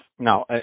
No